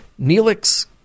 Neelix